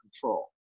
control